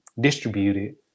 distributed